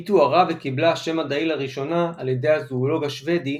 היא תוארה וקיבלה שם מדעי לראשונה על ידי הזואולוג השוודי